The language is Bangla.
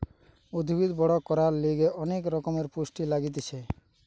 উদ্ভিদ বড় করার লিগে অনেক রকমের পুষ্টি লাগতিছে